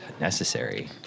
necessary